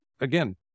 again